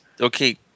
okay